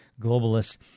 globalists